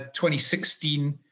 2016